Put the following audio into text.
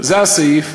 זה הסעיף,